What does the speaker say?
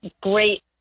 great